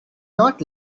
not